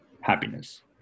happiness